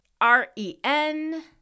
R-E-N